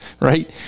Right